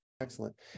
Excellent